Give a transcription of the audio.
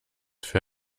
für